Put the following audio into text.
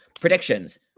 predictions